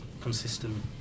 consistent